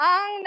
Ang